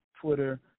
Twitter